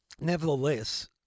Nevertheless